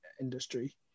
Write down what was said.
industry